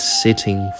sitting